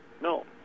no